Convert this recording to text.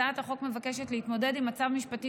הצעת החוק מבקשת להתמודד עם מצב משפטי